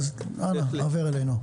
אנא העבר אלינו.